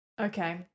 Okay